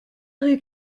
eut